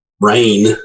rain